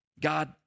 God